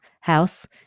house